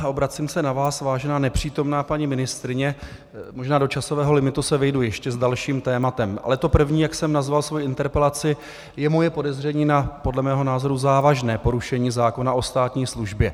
Obracím se na vás, vážená nepřítomná paní ministryně, možná do časového limitu se vejdu ještě s dalším tématem, ale to první, jak jsem nazval svoji interpelaci, je moje podezření na podle mého názoru závažné porušení zákona o státní službě.